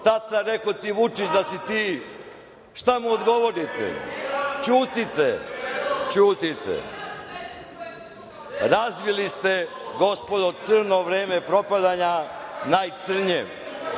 tata, rekao ti je Vučić da si ti...? Šta mu odgovorite? Ćutite. Razvili ste, gospodo, crno vreme propadanja, najcrnje,